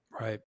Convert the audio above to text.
Right